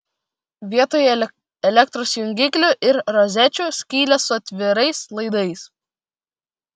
vietoj elektros jungiklių ir rozečių skylės su atvirais laidais